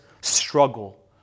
struggle